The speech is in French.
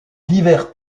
divers